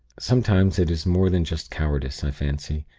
sometimes it is more than just cowardice, i fancy.